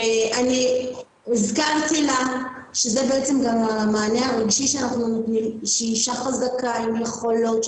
הזכרתי לה שהיא אישה חזקה עם יכולות,